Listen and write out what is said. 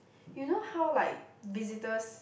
you know how like visitors